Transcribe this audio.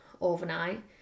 overnight